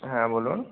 হ্যাঁ বলুন